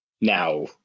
now